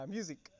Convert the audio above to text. Music